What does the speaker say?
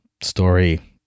story